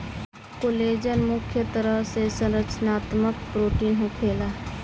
collagen मुख्य तरह के संरचनात्मक प्रोटीन होखेला